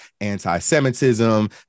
anti-Semitism